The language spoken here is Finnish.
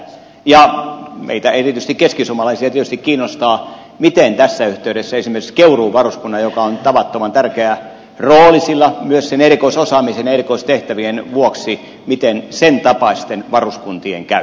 ja erityisesti meitä keskisuomalaisia tietysti kiinnostaa miten tässä yhteydessä esimerkiksi keuruun varuskunnan jolla on tavattoman tärkeä rooli myös sen erikoisosaamisen ja erikoistehtävien vuoksi tapaisten varuskuntien käy